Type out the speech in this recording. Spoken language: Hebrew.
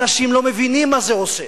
אנשים לא מבינים מה זה עושה.